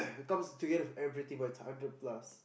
it comes together with everything but it's hundred plus